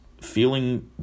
feeling